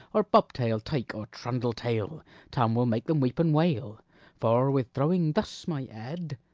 or bobtail tike or trundle-tail tom will make them weep and wail for, with throwing thus my head,